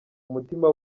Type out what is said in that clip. umutima